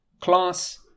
class